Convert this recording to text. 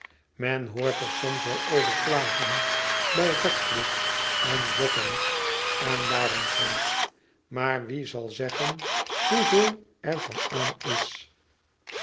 men hoort er soms wel over klagen bij radcliff en wapping en daaromtrent maar wie zal zeggen hoeveel er van aan is